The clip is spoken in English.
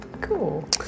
Cool